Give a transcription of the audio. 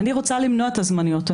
אני רוצה למנוע את הזמניות,